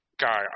guy